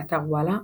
באתר וואלה,